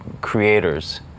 creators